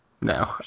No